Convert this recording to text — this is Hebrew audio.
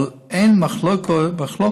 אבל אין מחלוקת